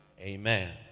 amen